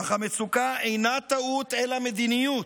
אך המצוקה אינה טעות, אלא מדיניות.